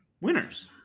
winners